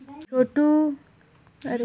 छोटे दुकान खोले बर मोला कइसे लोन मिलही?